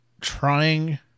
trying